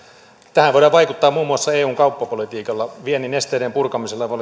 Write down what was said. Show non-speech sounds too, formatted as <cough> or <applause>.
tähän voidaan vaikuttaa muun muassa eun kauppapolitiikalla viennin esteiden purkamisella voi <unintelligible>